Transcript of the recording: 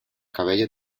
cabello